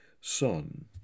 son